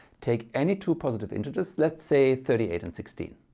take any two positive integers, let's say thirty eight and sixteen.